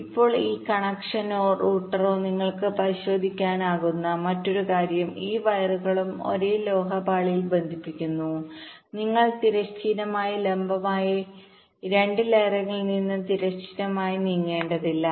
ഇപ്പോൾ ഈ കണക്ഷനോ റൂട്ടിംഗോ നിങ്ങൾക്ക് പരിശോധിക്കാനാകുന്ന മറ്റൊരു കാര്യം എല്ലാ വയറുകളും ഒരേ ലോഹ പാളിയിൽ ബന്ധിപ്പിച്ചിരിക്കുന്നു നിങ്ങൾ തിരശ്ചീനമായി ലംബമായി ലംബമായി 2 ലെയറുകളിൽ നിന്ന് തിരശ്ചീനമായി നീങ്ങേണ്ടതില്ല